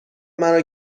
مرا